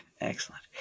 Excellent